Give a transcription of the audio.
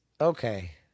Okay